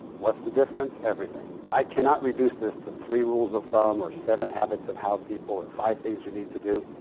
what's the difference? everything. i cannot reduce this to three rules of thumb, or seven habits of how people, or five things you need to do.